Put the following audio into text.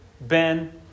Ben